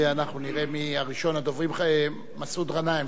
ואנחנו נראה מי, ראשון הדוברים, מסעוד גנאים.